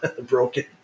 broken